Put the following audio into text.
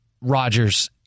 Rodgers